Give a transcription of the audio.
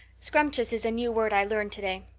scrumptious is a new word i learned today.